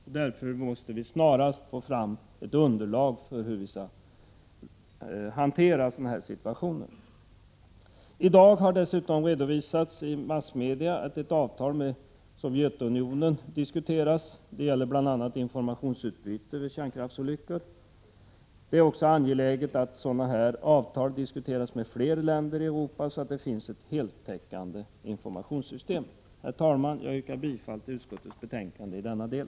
Nu måste vi snarast få fram ett underlag för hur vi skall hantera sådana situationer. I dag har redovisats i massmedia att ett avtal med Sovjetunionen diskuteras. Det gäller bl.a. informationsutbyte vid kärnkraftsolyckor. Det är angeläget att sådana avtal utarbetas med fler länder i Europa, så att det finns ett heltäckande informationssystem. Herr talman! Jag yrkar bifall till utskottets betänkande i denna del.